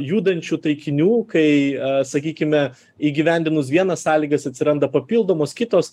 judančių taikinių kai sakykime įgyvendinus vienas sąlygas atsiranda papildomos kitos